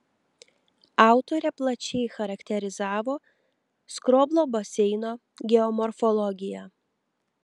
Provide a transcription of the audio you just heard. autorė plačiai charakterizavo skroblo baseino geomorfologiją